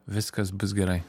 viskas bus gerai